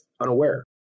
unaware